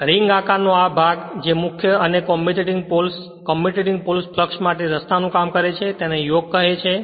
ring આકારનો ભાગ જે મુખ્ય અને commutating poles commutating poles flux માટે રસ્તા નું કામ કરે છે તેને યોક કહે છે